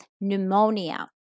pneumonia